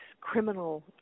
criminal